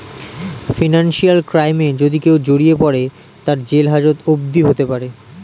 financial ক্রাইমে যদি কেও জড়িয়ে পরে, তার জেল হাজত অবদি হতে পারে